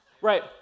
right